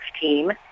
team